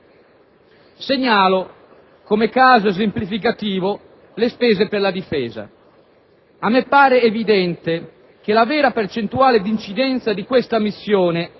Segnalo come caso esemplificativo le spese per la Difesa. A me sembra evidente che la vera percentuale di incidenza di questa missione,